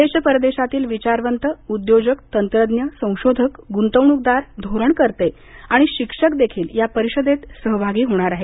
देश परदेशातील विचारवंत उद्योजक तंत्रज्ञ संशोधक गुंतवणूकदार धोरणकर्ते आणि शिक्षक देखील या परिषदेत सहभागी होणार आहेत